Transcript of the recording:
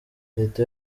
leta